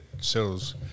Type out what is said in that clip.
sells